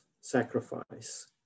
sacrifice